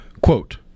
Quote